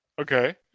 Okay